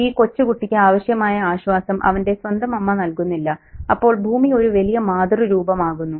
ഈ കൊച്ചുകുട്ടിക്ക് ആവശ്യമായ ആശ്വാസം അവന്റെ സ്വന്തം അമ്മ നൽകുന്നില്ല അപ്പോൾ ഭൂമി ഒരു വലിയ മാതൃരൂപമാകുന്നു